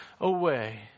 away